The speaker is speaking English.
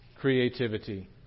creativity